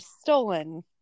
stolen